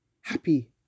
happy